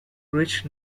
rich